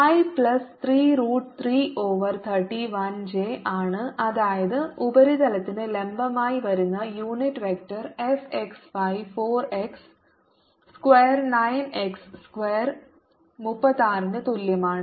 i plus 3 root 3 over 31 j ആണ് അതായത് ഉപരിതലത്തിന് ലംബമായി വരുന്ന unit vector f x y 4 x square 9 x square 36 ന് തുല്യമാണ്